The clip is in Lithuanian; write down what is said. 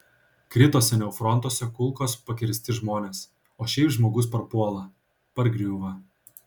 krito seniau frontuose kulkos pakirsti žmonės o šiaip žmogus parpuola pargriūva